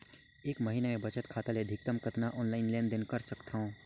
एक महीना मे बचत खाता ले अधिकतम कतना ऑनलाइन लेन देन कर सकत हव?